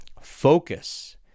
Focus